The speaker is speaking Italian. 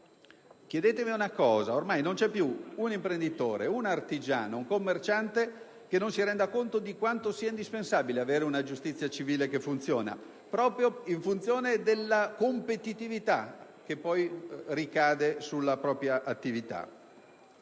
notaste un dato: ormai non c'è più un imprenditore, un artigiano, un commerciante che non si renda conto di quanto sia indispensabile disporre di una giustizia civile che funziona, proprio in ragione della competitività, che poi ricade sulla propria attività.